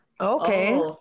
okay